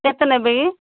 କେତେ ନେବେ କି